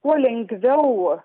kuo lengviau